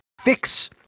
fix